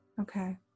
Okay